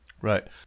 Right